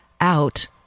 out